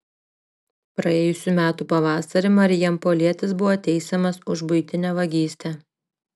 praėjusių metų pavasarį marijampolietis buvo teisiamas už buitinę vagystę